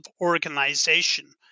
organization